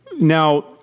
Now